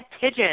pigeon